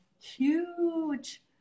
huge